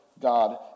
God